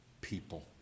people